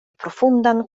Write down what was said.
profundan